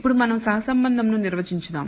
ఇప్పుడు మనం సహసంబంధం ను నిర్వచించుదా